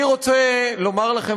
אני רוצה לומר לכם,